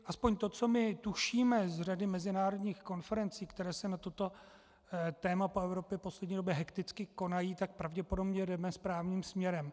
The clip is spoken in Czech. Aspoň to, co my tušíme z řady mezinárodních konferencí, které se na toto téma po Evropě v poslední době hekticky konají, tak pravděpodobně jdeme správným směrem.